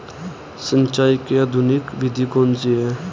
सिंचाई की आधुनिक विधि कौन सी है?